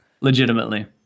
Legitimately